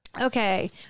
Okay